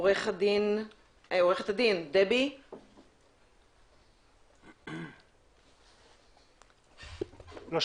עורכת הדין דבי גילד חיו, בבקשה.